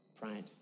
Pride